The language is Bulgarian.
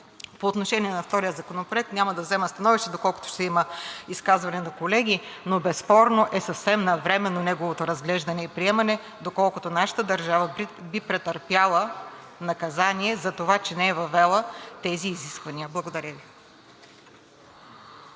По отношение на втория законопроект няма да взема становище, доколкото ще има изказвания на колеги, но безспорно неговото разглеждане и приемане е съвсем навременно, доколкото нашата държава би претърпяла наказание за това, че не е въвела тези изисквания. Благодаря.